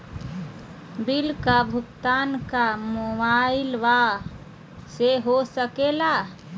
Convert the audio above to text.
Bill का भुगतान का मोबाइलवा से हो सके ला?